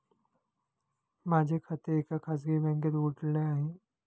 माझे खाते एका खाजगी बँकेत उघडले आहे